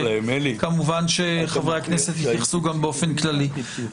כמובן שחברי הכנסת התייחסו גם באופן כללי.